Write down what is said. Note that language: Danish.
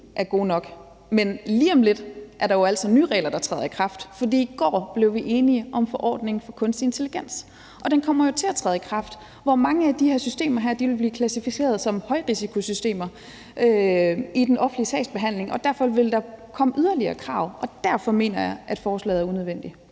er gode nok, men lige om lidt er der jo altså nye regler, som træder i kraft. For i går blev vi enige om forordningen for kunstig intelligens, og den kommer jo til at træde i kraft, hvor mange af de her systemer vil blive klassificeret som højrisikosystemer i den offentlige sagsbehandling, og derfor vil der komme yderligere krav. Og derfor mener jeg, at forslaget er unødvendigt.